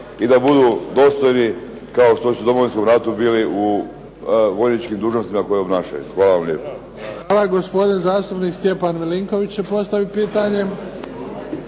i da budu dostojni kao što su u Domovinskom ratu bili u vojničkim dužnostima koje obnašaju. Hvala vam lijepo. **Bebić, Luka (HDZ)** Hvala. Gospodin zastupnik Stjepan Milinković će postaviti pitanje.